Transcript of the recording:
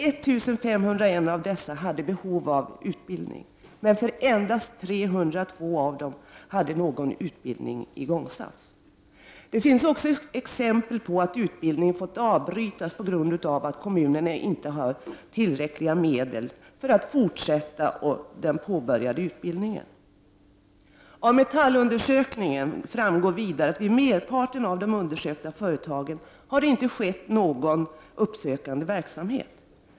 1501 av dessa hade behov av utbildning, men för endast 302 av dem hade någon utbildning igångsatts. Det finns också exempel på att utbildning har fått avbrytas på grund av att kommunerna inte har haft tillräckliga medel för att fortsätta den påbörjade utbildningen. Av Metalls undersökning framgår vidare att vid merparten av de undersökta företagen har det inte skett någon uppsökande verksamhet.